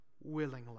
willingly